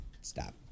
stop